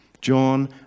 John